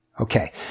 Okay